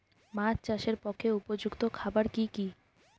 মাছ চাষের পক্ষে উপযুক্ত খাবার কি কি?